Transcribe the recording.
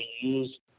use